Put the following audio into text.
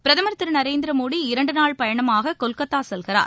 பிரதமர் திரு நரேந்திர மோடி இரண்டு நாள் பயணமாக கொல்கத்தா செல்கிறார்